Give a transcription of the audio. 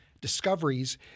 discoveries